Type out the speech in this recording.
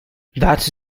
that